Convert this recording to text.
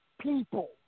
people